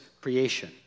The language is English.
creation